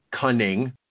cunning